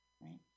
right